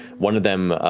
one of them,